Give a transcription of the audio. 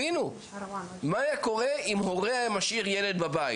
כדי להציב את המבנים האלה,